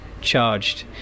charged